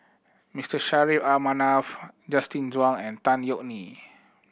Mister Saffri A Manaf Justin Zhuang and Tan Yeok Nee